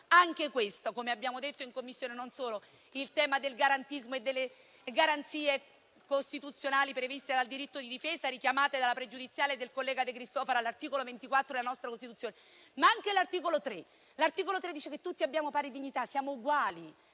esserlo, come abbiamo detto in Commissione, e non solo il tema del garantismo e delle garanzie costituzionali previste dal diritto di difesa, richiamate dalla pregiudiziale del collega De Cristofaro con riferimento all'articolo 24 della nostra Costituzione. L'articolo 3 - lo ribadisco - dice che tutti abbiamo pari dignità, siamo uguali;